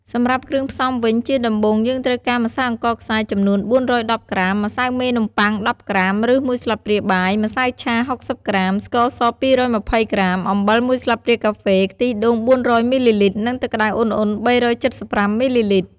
សម្រាប់់គ្រឿងផ្សំវិញ ជាដំបូង យើងត្រូវការម្សៅអង្ករខ្សាយចំនួន ៤១០ក្រាម ម្សៅមេនំបុ័ង ១០ក្រាម ឬ មួយស្លាបព្រាបាយ ម្សៅឆា ៦០ក្រាម ស្ករស ២២០ក្រាម អំបិល មួយស្លាបព្រាកាហ្វេ ខ្ទិះដូង ៤០០មីលីលីត្រ និងទឹកក្ដៅឧណ្ហៗ ៣៧៥ មីលីលីត្រ។